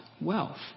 wealth